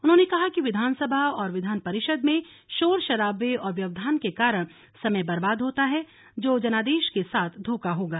उन्होंने कहा कि विधानसभा और विधान परिषद में शोर शराबे और व्यवधान के कारण समय बर्बाद होता है जो जनादेश के साथ धोखा होगा